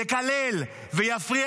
יקלל ויפריע